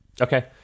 okay